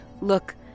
Look